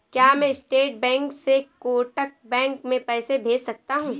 क्या मैं State Bank से कोटक बैंक में पैसे भेज सकता हूँ?